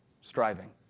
striving